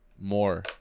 more